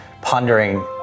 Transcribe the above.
pondering